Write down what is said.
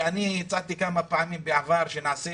-- והצעתי כמה פעמים בעבר שנעשה